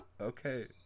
Okay